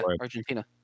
Argentina